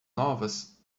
novas